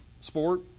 sport